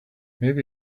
maybe